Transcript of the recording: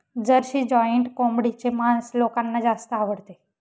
Jersey giant कोंबडीचे मांस लोकांना जास्त आवडते